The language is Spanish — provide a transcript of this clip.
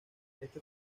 este